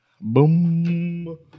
Boom